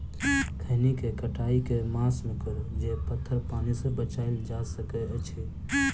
खैनी केँ कटाई केँ मास मे करू जे पथर पानि सँ बचाएल जा सकय अछि?